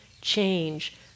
change